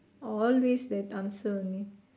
always that answer only